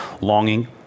longing